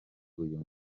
uyu